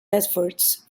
efforts